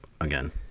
again